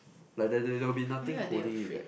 like there there there'll be nothing holding it back